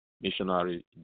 missionary